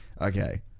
okay